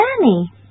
Danny